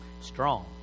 Strong